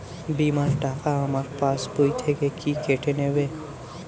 বিমার টাকা আমার পাশ বই থেকে কি কেটে নেবে?